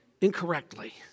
incorrectly